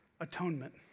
Atonement